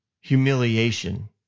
humiliation